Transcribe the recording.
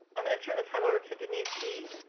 i'm gonna turn the time over to denise e.